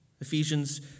Ephesians